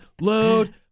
load